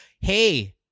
Hey